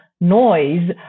noise